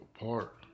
apart